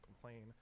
complain